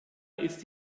ist